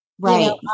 right